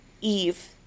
Eve